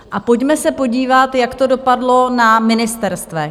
A pojďme se podívat, jak to dopadlo na ministerstvech.